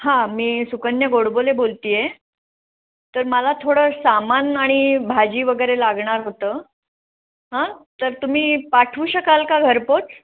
हां मी सुकन्या गोडबोले बोलते आहे तर मला थोडं सामान आणि भाजी वगैरे लागणार होतं हां तर तुम्ही पाठवू शकाल का घरपोच